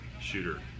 Shooter